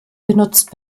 genutzt